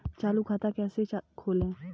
चालू खाता कैसे खोलें?